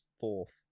Fourth